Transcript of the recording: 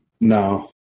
No